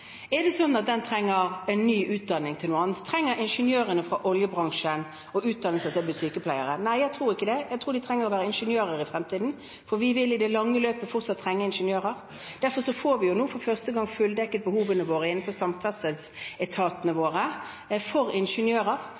den en ny utdanning for å gjøre noe annet? Trenger ingeniørene fra oljebransjen å utdanne seg til å bli sykepleiere? Nei, jeg tror ikke det. Jeg tror de trenger å være ingeniører i fremtiden, for vi vil i det lange løp fortsatt trenge ingeniører. Derfor får vi nå for første gang fulldekket behovene våre for ingeniører innenfor samferdselsetatene våre.